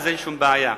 אז אין שום בעיה.